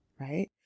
right